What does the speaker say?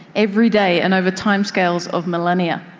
every day, and over time scales of millennia.